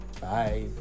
bye